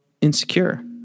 insecure